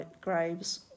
graves